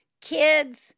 kids